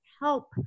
help